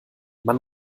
man